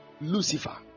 Lucifer